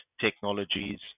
technologies